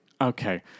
Okay